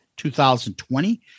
2020